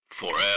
Forever